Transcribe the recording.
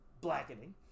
Blackening